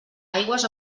aigües